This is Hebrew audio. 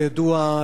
כידוע,